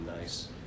nice